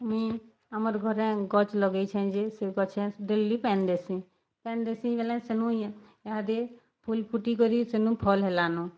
ମୁଇଁ ଆମର୍ ଘରେ ଗଛ ଲଗେଇଛେଁ ଯେ ସେ ଗଛେ ଡେଲି ପାଏନ୍ ଦେସିଁ ପାଏନ୍ ଦେସିଁ ବଲେ ସେନୁ ଏହାଦେ ଫୁଲ୍ ଫୁଟିକରି ସେନୁ ଫଲ୍ ହେଲାନ